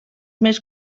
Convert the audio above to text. més